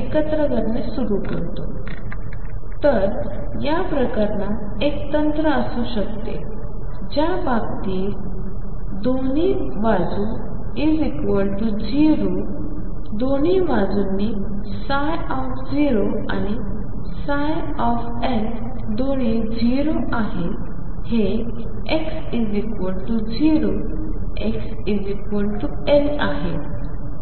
एकत्र करणे सुरू करतो तर या प्रकरणात एक तंत्र असू शकते ज्या बाबतीत sides 0 दोन बाजूंनी ψ0 आणि ψ दोन्ही 0 आहेत हे x 0 x L आहे